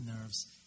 nerves